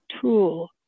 tool